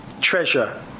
treasure